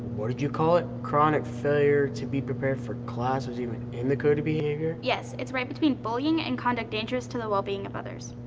what did you call it, chronic failure to be prepared for class, was even in the code of behavior. yes, it's right between bullying and conduct dangerous to the well-being of others.